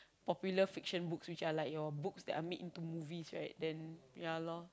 popular fiction books which are like your books which are made into movies right then ya lor